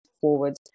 forward